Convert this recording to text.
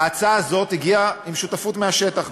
ההצעה הזאת הגיעה עם שותפות מהשטח,